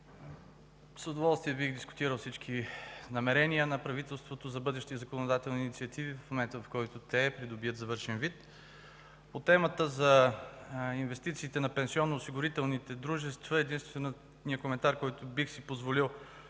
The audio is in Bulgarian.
С удоволствие бих дискутирал всички намерения на правителството за бъдещи законодателни инициативи в момента, в който те придобият завършен вид. По темата за инвестициите на пенсионноосигурителните дружества единственият коментар, който бих си позволил, не като